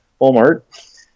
Walmart